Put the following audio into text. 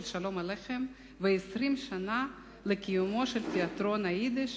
שלום עליכם ו-20 שנה לקיומו של תיאטרון היידיש,